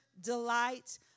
delight